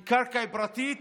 הן קרקע פרטית